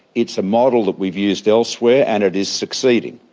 it's a model that we've used elsewhere and it is succeeding,